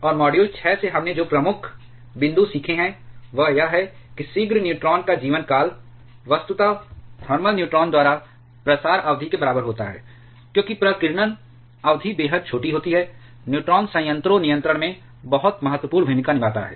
और मॉड्यूल 6 से हमने जो प्रमुख बिंदु सीखे हैं वह यह है कि शीघ्र न्यूट्रॉन का जीवनकाल वस्तुतः थर्मल न्यूट्रॉन द्वारा प्रसार अवधि के बराबर होता है क्योंकि प्रकीर्णन अवधि बेहद छोटी होती है न्यूट्रॉन संयंत्रों नियंत्रण में बहुत महत्वपूर्ण भूमिका निभाता है